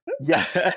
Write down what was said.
Yes